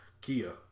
Kia